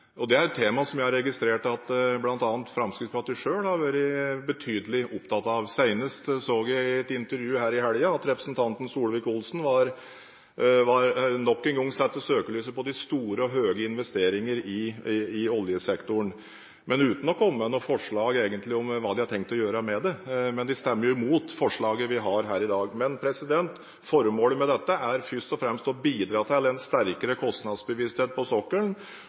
og dette er et tema som jeg har registrert at bl.a. Fremskrittspartiet selv har vært betydelig opptatt av. Senest nå i helgen så jeg i et intervju at representanten Solvik-Olsen nok en gang satte søkelyset på de store og høye investeringer i oljesektoren, men uten egentlig å komme med noen forslag om hva de har tenkt å gjøre med det – men de stemmer jo imot forslaget vi har her i dag. Men formålet med endringen er først og fremst å bidra til en sterkere kostnadsbevissthet på sokkelen